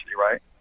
right